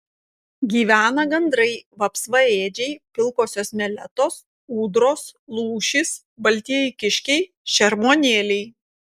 gyvena gandrai vapsvaėdžiai pilkosios meletos ūdros lūšys baltieji kiškiai šermuonėliai